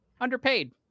Underpaid